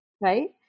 right